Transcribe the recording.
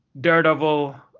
Daredevil